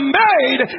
made